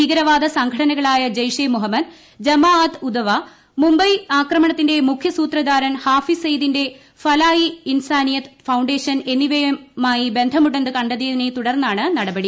ഭീകരവാദ സംഘടനകളായ ജയ്ഷേ ഇ മുഹമ്മദ് ജമാ അത്ത് മുംബൈ ആക്രമണത്തിന്റെ മുഖ്യസൂത്രധാരൻ ഹാഫിസ് ഉദ്വ സയ്ദിന്റെ ഫലാ ഇ ഇൻസാനിയത് ഫൌണ്ടേഷൻ എന്നിവയുമായി ബന്ധമുണ്ടെന്ന് കണ്ടെത്തിയതിനെ തുടർന്നാണ് നടപടി